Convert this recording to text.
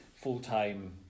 full-time